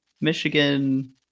Michigan